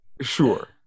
Sure